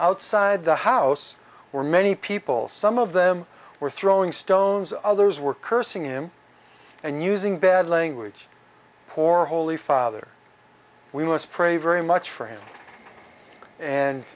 outside the house where many people some of them were throwing stones others were cursing him and using bad language poor holy father we must pray very much for him and